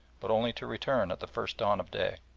but only to return at the first dawn of day.